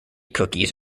cookies